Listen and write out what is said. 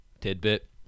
tidbit